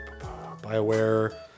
bioware